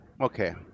Okay